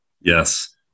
Yes